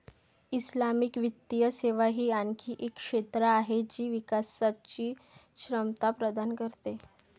Islamic वित्तीय सेवा ही आणखी एक क्षेत्र आहे जी विकासची क्षमता प्रदान करते